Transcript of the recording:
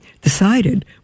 decided